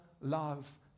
love